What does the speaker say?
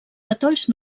matolls